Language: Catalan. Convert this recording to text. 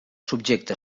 subjecte